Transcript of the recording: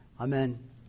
Amen